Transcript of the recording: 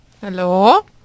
Hello